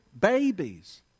babies